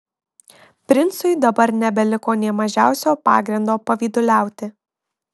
princui dabar nebeliko nė mažiausio pagrindo pavyduliauti